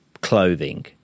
clothing